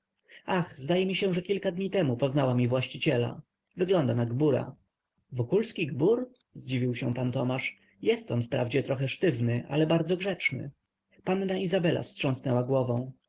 ach zdaje mi się że kilka dni temu poznałam i właściciela wygląda na gbura wokulski gbur zdziwił się pan tomasz jest on wprawdzie trochę sztywny ale bardzo grzeczny panna izabela wstrząsnęła głową